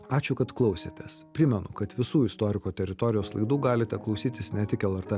ačiū kad klausėtės primenu kad visų istorikų teritorijos laidų galite klausytis ne tik lrt